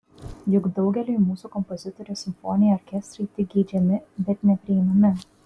juk daugeliui mūsų kompozitorių simfoniniai orkestrai tik geidžiami bet neprieinami